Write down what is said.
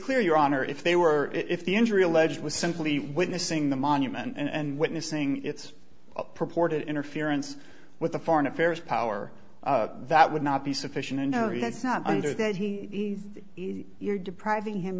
clear your honor if they were if the injury alleged was simply witnessing the monument and witnessing its purported interference with a foreign affairs power that would not be sufficient i know it's not under that he you're depriving him